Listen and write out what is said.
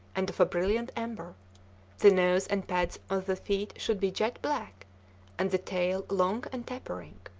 and of a brilliant amber the nose and pads of the feet should be jet-black, and the tail long and tapering.